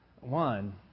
one